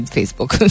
Facebook